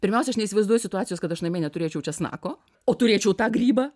pirmiausia aš neįsivaizduoju situacijos kad aš namie neturėčiau česnako o turėčiau tą grybą